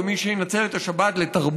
ומי שירצה לנצל את השבת לתרבות,